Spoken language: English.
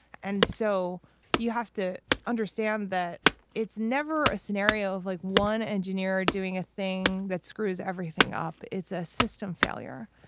and so you have to understand that it's never a scenario of like one engineer doing a thing that screws everything up. it's a system failure.